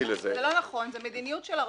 זו מדיניות של הרשות.